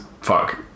fuck